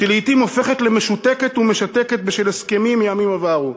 שלעתים הופכת למשותקת ומשתקת בשל הסכמים מימים עברו.